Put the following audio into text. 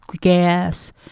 gas